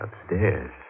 upstairs